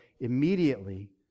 immediately